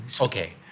Okay